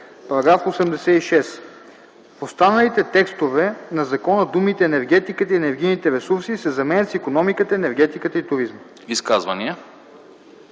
„§ 86. В останалите текстове на закона думите „енергетиката и енергийните ресурси” се заменят с „икономиката, енергетиката и туризма”.”